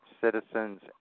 citizens